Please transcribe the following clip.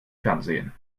fernsehen